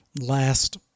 Last